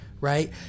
right